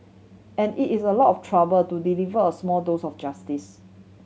and it is a lot of trouble to deliver a small dose of justice